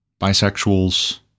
bisexuals